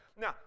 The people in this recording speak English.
now